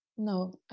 No